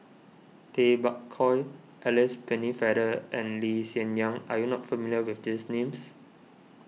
Tay Bak Koi Alice Pennefather and Lee Hsien Yang are you not familiar with these names